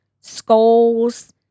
skulls